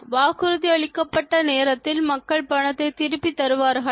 வாக்குறுதியளிக்கப்பட்ட நேரத்தில் மக்கள் பணத்தை திருப்பித் தருகிறார்களா